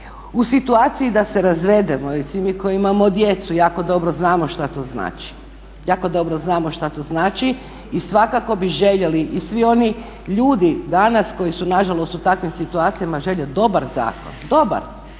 u situaciji da se razvedemo i svi mi koji imamo djecu jako dobro znamo što to znači svakako bi željeli i svi oni ljudi danas koji su nažalost u takvim situacijama žele dobar zakon, dobar,